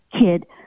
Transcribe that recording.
kid